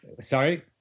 Sorry